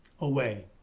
away